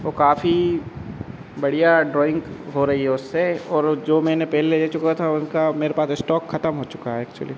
वाे काफ़ी बढ़िया ड्रॉइंग हो रही है उससे और जो मैंने पहले ले चुका था उनका मेरे पास स्टॉक खत्म हो चुका है एक्चुली